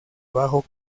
bajo